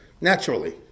naturally